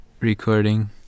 Recording